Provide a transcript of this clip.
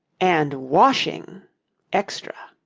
and washing extra.